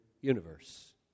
universe